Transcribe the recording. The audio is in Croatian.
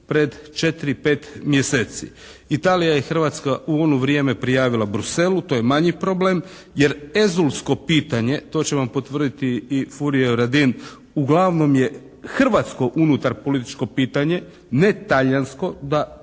pred 4, 5 mjeseci. Italija je Hrvatskoj u ono vrijeme prijavila Bruxellesu, to je manji problem jer …/Govornik se ne razumije./… pitanje, to će vam potvrditi i Furio Radin uglavnom je hrvatsko unutar političko pitanje ne talijansko.